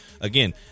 again